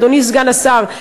אדוני סגן השר,